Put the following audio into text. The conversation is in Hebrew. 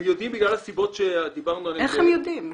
הם יודעים בגלל הסיבות שדיברנו עליהן ב --- איך הם יודעים?